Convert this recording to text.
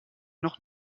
noch